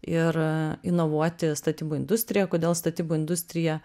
ir inovuoti statybų industriją kodėl statybų industriją